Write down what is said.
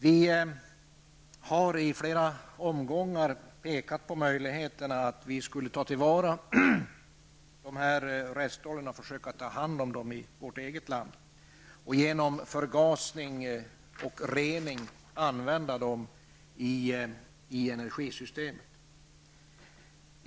Vi i vänsterpartiet har flera gånger pekat på möjligheterna att ta till vara dessa restoljor och ta hand om dem i vårt eget land. Genom förgasning och rening kan restoljorna användas i energisystemet.